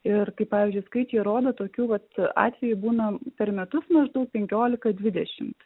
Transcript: ir kai pavyzdžiui skaičiai rodo tokių vagysčių atvejai būna per metus maždaug penkiolika dvidešimt